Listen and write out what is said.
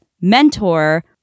mentor